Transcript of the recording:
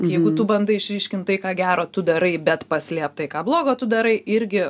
jeigu tu bandai išryškint tai ką gero tu darai bet paslėpt tai ką blogo tu darai irgi